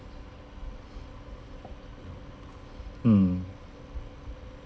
mm